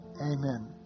Amen